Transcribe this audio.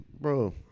bro